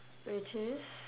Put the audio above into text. which is